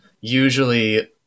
usually